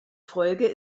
folge